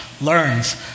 learns